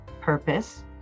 purpose